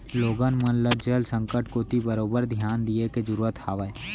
लोगन मन ल जल संकट कोती बरोबर धियान दिये के जरूरत हावय